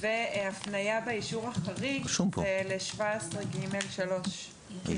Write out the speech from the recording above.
והפניה באישור החריג ל-17ג(3), שינינו את הסעיף.